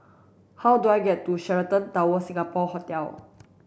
how do I get to Sheraton Towers Singapore Hotel